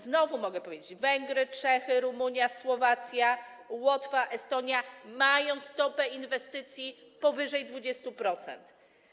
Znowu mogę powiedzieć: Węgry, Czechy, Rumunia, Słowacja, Łotwa i Estonia mają stopę inwestycji na poziomie powyżej 20%.